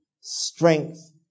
strength